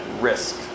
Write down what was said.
risk